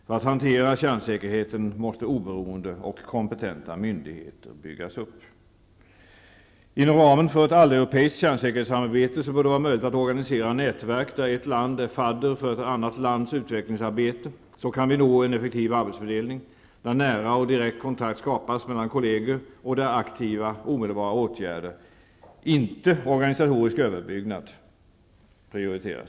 För att hantera kärnsäkerheten måste oberoende och kompetenta myndigheter byggas upp. Inom ramen för ett alleuropeiskt kärnsäkerhetssamarbete bör det vara möjligt att organisera nätverk, där ett land är fadder för ett annat lands utvecklingsarbete. Så kan vi nå en effektiv arbetsfördelning, där nära och direkt kontakt skapas mellan kollegor och där aktiva omedelbara åtgärder prioriteras -- inte organisatorisk överbyggnad.